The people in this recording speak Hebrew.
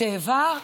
צבע?